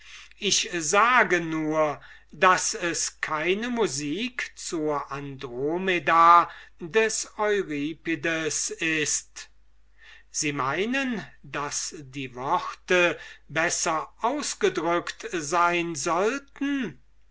ich sage nur daß es keine musik zur andromeda des euripides ist sie meinen daß die worte besser ausgedrückt sein sollten